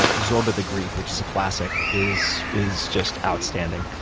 ah zorba the greek, which is a classic, is is just outstanding.